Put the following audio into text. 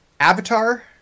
Avatar